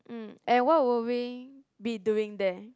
um and what would we be doing there